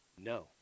No